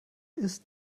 ist